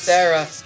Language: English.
Sarah